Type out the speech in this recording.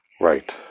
Right